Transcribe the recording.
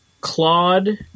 Claude